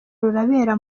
rurabera